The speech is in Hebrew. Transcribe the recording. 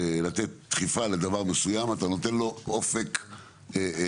לתת דחיפה לדבר מסוים, אתה נותן לו אופק עסקי.